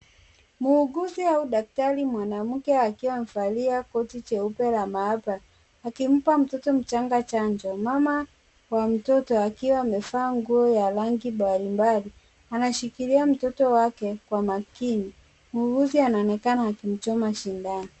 Muuguzi au daktari mwanamke akiwa amevalia koti jeupe la maabara, akimpa mtoto mchanga chanjo. Mama wa mtoto akiwa amevaa nguo ya rangi mbalimbali, anashikilia mtoto wake kwa makini. Muuguzi anaonekana akimchoma shindano.